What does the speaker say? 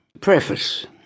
Preface